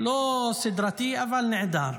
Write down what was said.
לא סדרתי, אבל נעדר.